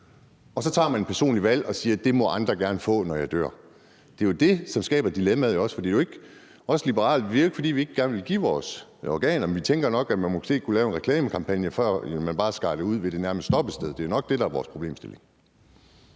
og så tager man et personligt valg og siger: Det må andre gerne få, når jeg dør. Det er jo det, som også skaber dilemmaet. For det er jo ikke, fordi vi liberale ikke vil give vores organer, men vi tænker nok, at man måske kunne lave en reklamekampagne, før man bare skærer dem ud ved det nærmeste stoppested. Det er jo nok det, der er vores problemstilling.